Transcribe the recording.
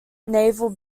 naval